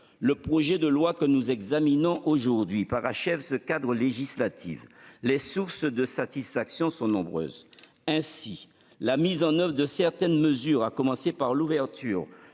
Le projet de loi que nous examinons aujourd'hui parachève ce cadre législatif. Les sources de satisfactions y sont nombreuses. Ainsi, la mise en oeuvre de certaines mesures, à commencer par l'ouverture